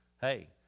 hey